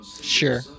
Sure